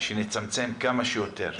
ושנצמצם כמה שיותר.